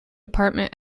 department